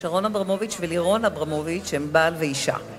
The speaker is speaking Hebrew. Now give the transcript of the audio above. שרון אברמוביץ' ולירון אברמוביץ' הם בעל ואישה